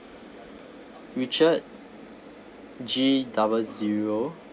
richard g double zero